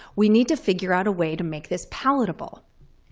we need to figure out a way to make this palatable.